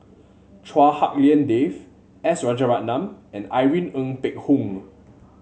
Chua Hak Lien Dave S Rajaratnam and Irene Ng Phek Hoong